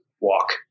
walk